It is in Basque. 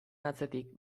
atzetik